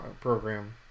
program